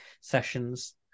sessions